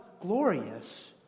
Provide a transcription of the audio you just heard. glorious